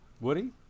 Woody